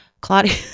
Claudia